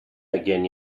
again